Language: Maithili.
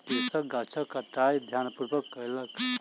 कृषक गाछक छंटाई ध्यानपूर्वक कयलक